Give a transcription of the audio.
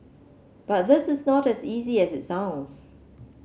but this is not as easy as it sounds